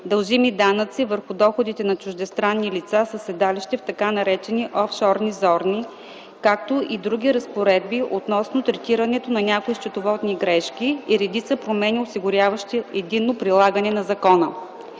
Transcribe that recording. дължимите данъци върху доходите на чуждестранни лица със седалище в т.нар. „офшорни зони”, както и други разпоредби относно третирането на някои счетоводни грешки и редица промени, осигуряващи единно прилагане на закона.